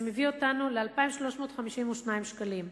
זה מביא אותנו ל-2,352 שקלים.